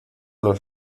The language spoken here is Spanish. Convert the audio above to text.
los